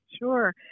sure